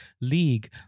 league